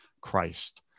Christ